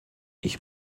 ich